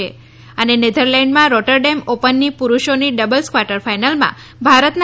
છે નેધરલેન્ડમાં રોટરડેમ ઓપનની પુરૂષોની ડબલ્સ કવાર્ટર ફાઈનલમાં ભારતના